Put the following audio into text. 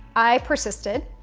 i persisted,